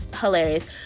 Hilarious